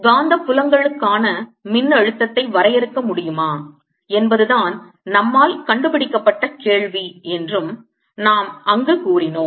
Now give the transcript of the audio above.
காந்தப் புலங்களுக்கான மின்னழுத்தத்தை வரையறுக்க முடியுமா என்பது தான் நம்மால் கண்டுபிடிக்கப்பட்ட கேள்வி என்றும் நாம் அங்கு கூறினோம்